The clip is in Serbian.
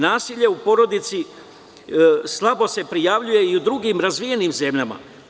Nasilje u porodici slabo se prijavljuje i u drugim razvijenim zemljama.